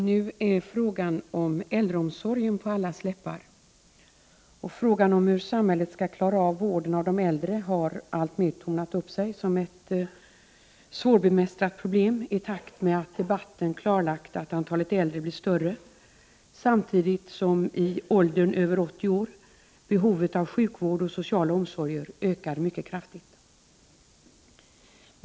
Herr talman! Frågan om äldreomsorgen är nu på allas läppar, och frågan om hur samhället skall klara av vården av de äldre har alltmer tornat upp sig som ett svårbemästrat problem i takt med att man i debatten klarlagt att antalet äldre blir större, samtidigt som behovet av sjukvård och sociala omsorger ökar mycket kraftigt för dem som är över 80 år.